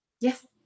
Yes